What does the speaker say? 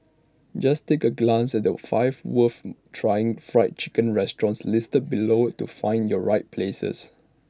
just take A glance at the five worth trying Fried Chicken restaurants listed below to find your right places